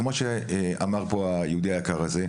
כמו שאמר פה היהודי היקר הזה,